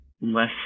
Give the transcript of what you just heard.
less